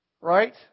Right